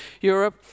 Europe